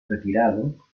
retirado